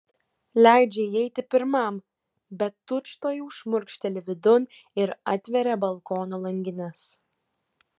leidžia įeiti pirmam bet tučtuojau šmurkšteli vidun ir atveria balkono langines